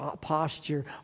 posture